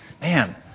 Man